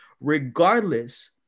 regardless